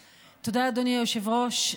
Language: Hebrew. תודה, אדוני היושב-ראש.